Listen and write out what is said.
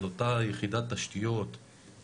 על אותה יחידת תשתיות,